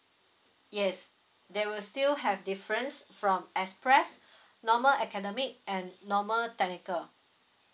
yes they will still have difference from express normal academic and normal technical